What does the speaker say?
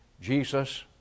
Jesus